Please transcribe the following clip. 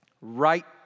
Right